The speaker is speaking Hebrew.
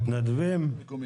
הם מתנדבים?